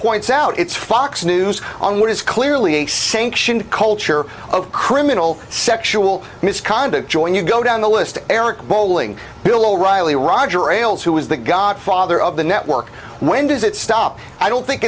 points out it's fox news on what is clearly a sanction culture of criminal sexual misconduct join you go down the list eric bolling bill o'reilly roger ailes who is the godfather of the network when does it stop i don't think